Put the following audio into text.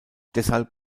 deshalb